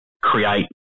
create